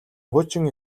хуучин